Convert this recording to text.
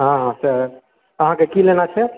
हँ हँ सएह अहाँके की लेना छै